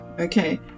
Okay